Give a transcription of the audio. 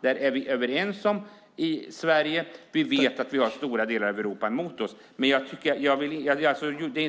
Där är vi överens i Sverige, och vi vet att vi har stora delar av Europa mot oss. Men